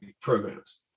programs